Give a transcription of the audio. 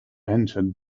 entered